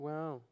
Wow